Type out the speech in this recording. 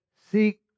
seek